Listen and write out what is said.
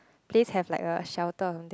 place have like a shelter